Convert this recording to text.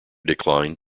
declined